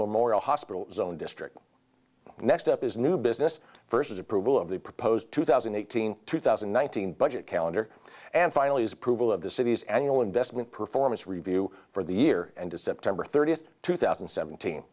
memorial hospital zone district next up is new business versus approval of the proposed two thousand and eighteen two thousand and one thousand budget calendar and finally is approval of the city's annual investment performance review for the year and to september thirtieth two thousand and seventeen